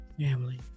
family